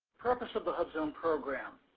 purpose of the hubzone program.